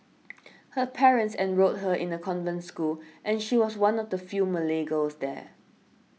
her parents enrolled her in a convent school and she was one of the few Malay girls there